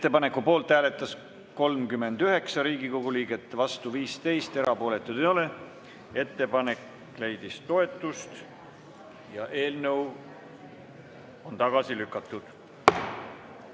Ettepaneku poolt hääletas 39 Riigikogu liiget, vastu on 15, erapooletuid ei ole. Ettepanek leidis toetust ja eelnõu on tagasi lükatud.